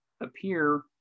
appear